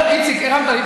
איציק, הרמת לי.